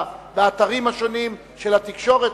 באתרים השונים של התקשורת,